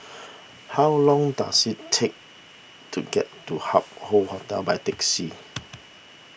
how long does it take to get to Hup Hoe Hotel by taxi